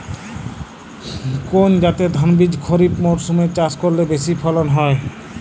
কোন জাতের ধানবীজ খরিপ মরসুম এ চাষ করলে বেশি ফলন হয়?